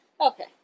Okay